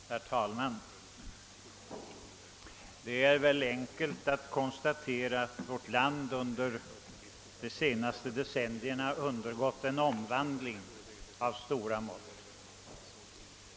Herr talman! Det är enkelt att konstatera att vårt land under de senaste decennierna undergått en omvandling av stora mått.